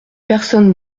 personne